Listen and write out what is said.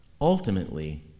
Ultimately